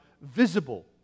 visible